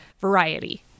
variety